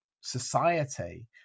society